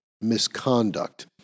misconduct